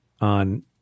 on